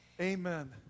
Amen